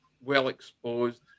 well-exposed